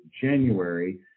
January